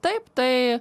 taip tai